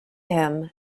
him